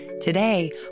Today